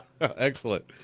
Excellent